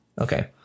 Okay